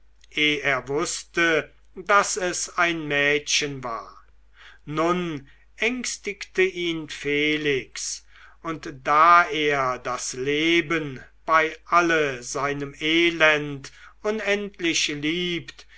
er wußte daß es ein mädchen war nun ängstigte ihn felix und da er das leben bei alle seinem elend unendlich liebt